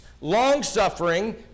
longsuffering